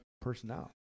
personnel